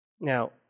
Now